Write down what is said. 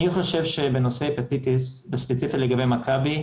אני חושב שבנושא הפטיטיס, וספציפית לגבי מכבי,